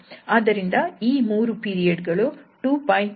ಆದ್ದರಿಂದ ಈ 3 ಪೀರಿಯಡ್ ಗಳು 2𝜋 𝜋 ಹಾಗೂ 23 ಆಗಿವೆ